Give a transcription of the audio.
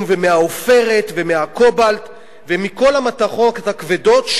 ומהעופרת ומהקובלט ומכל המתכות הכבדות,